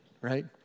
right